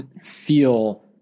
feel